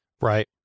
Right